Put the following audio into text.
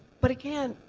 but again,